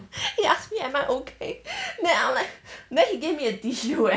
he asked me am I okay then I'm like then he gave a tissue eh